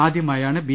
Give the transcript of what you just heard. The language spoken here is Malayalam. ആദ്യമായാണ് ബി